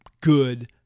good